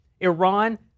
Iran